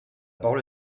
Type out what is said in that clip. parole